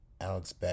Alex